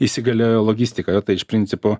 įsigalėjo logistika tai iš principo